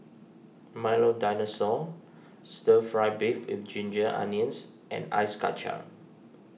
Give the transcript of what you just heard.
Milo Dinosaur Stir Fry Beef with Ginger Onions and Ice Kacang